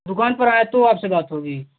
दुकान पर आए तो आपसे बात होगी